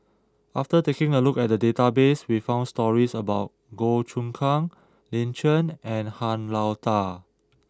after taking a look at the database we found stories about Goh Choon Kang Lin Chen and Han Lao Da